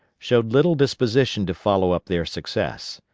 showed little disposition to follow up their success.